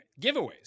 giveaways